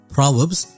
Proverbs